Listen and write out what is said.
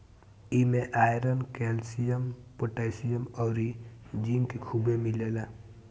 इमे iron, calcium, potassium अउरी zinc खुबे मिलेला